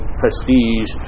prestige